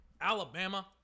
Alabama